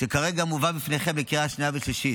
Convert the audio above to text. שכרגע מובא בפניכם לקריאה שנייה ושלישית,